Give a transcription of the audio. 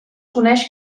coneix